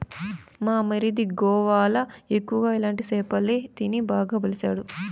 మా మరిది గోవాల ఎక్కువ ఇలాంటి సేపలే తిని బాగా బలిసినాడు